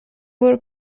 برو